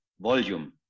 Volume